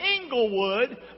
Englewood